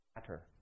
matter